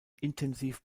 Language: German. intensiv